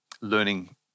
learning